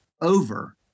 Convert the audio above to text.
over